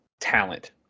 talent